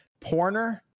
porner